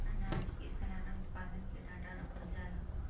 आनाज के सलाना उत्पादन के डाटा रखल जाला